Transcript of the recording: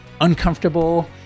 uncomfortable